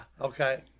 Okay